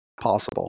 possible